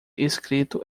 escrito